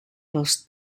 los